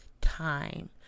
time